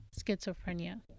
schizophrenia